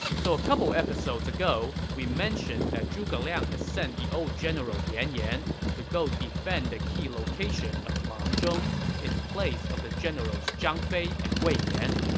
so a couple episodes ago, we mentioned that zhuge liang had sent the old general yan yan to defend the key location of langzhong in place of the generals zhang fei and wei yan.